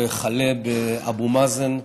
וכלה באבו מאזן,